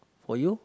for you